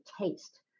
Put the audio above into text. taste